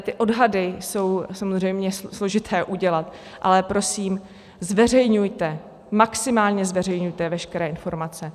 Ty odhady je samozřejmě složité udělat, ale prosím, zveřejňujte, maximálně zveřejňujte veškeré informace.